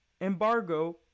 embargo